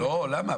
למה?